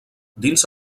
dins